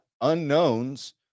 unknowns